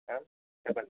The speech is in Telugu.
చెప్పండి